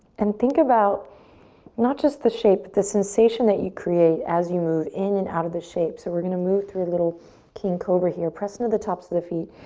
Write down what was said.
and think about not just the shape but the sensation that you create as you move in and out of the shapes. so we're gonna move through a little king cobra here, press into the tops of the feet.